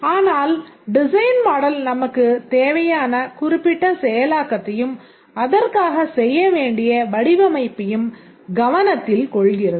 ஆனால் design model நமக்குத் தேவையான குறிப்பிட்ட செயலாக்கத்தையும் அதற்காக செய்ய வேண்டிய வடிவமைப்பையும் கவனத்தில் கொள்கிறது